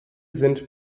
sind